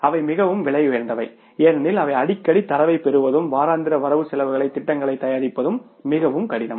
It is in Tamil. அவை மிகவும் விலையுயர்ந்தவை ஏனெனில் அவை அடிக்கடி தரவைப் பெறுவதும் வாராந்திர வரவு செலவுத் திட்டங்களைத் தயாரிப்பதும் மிகவும் கடினம்